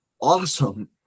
awesome